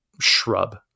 shrub